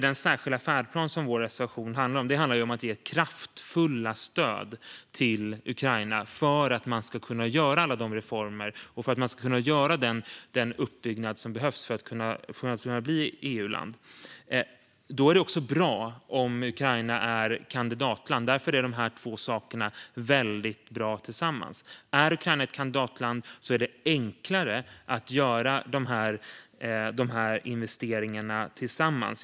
Den särskilda färdplan som vår reservation handlar om går ut på att ge kraftfulla stöd till Ukraina för att landet ska kunna genomföra alla de reformer och den uppbyggnad som behövs för att landet ska kunna bli ett EU-land. Då är det också bra om Ukraina är ett kandidatland, och därför är de här två sakerna väldigt bra tillsammans. Är Ukraina ett kandidatland är det enklare att göra de här investeringarna tillsammans.